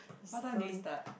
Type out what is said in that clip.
what time did we start